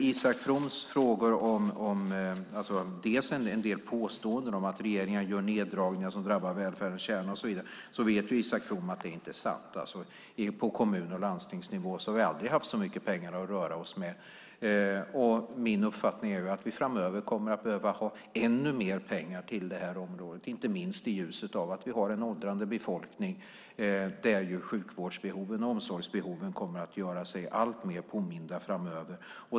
Isak From har en del frågor och påståenden om att regeringen gör neddragningar som drabbar välfärdens kärna och så vidare. Isak From vet att detta inte är sant. På kommun och landstingsnivå har vi aldrig haft så mycket pengar att röra oss med. Min uppfattning är att vi framöver kommer att behöva ha ännu mer pengar till området, inte minst i ljuset av att vi har en åldrande befolkning där sjukvårdsbehoven och omsorgsbehoven kommer att göra sig alltmer påminda framöver.